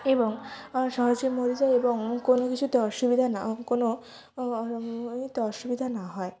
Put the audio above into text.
এবং সহজে মরে যায় এবং কোনো কিছুতে অসুবিধা না কোনো ওইতে অসুবিধা না হয়